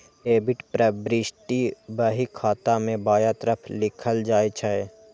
debit प्रवृष्टि बही खाता मे बायां तरफ लिखल जाइ छै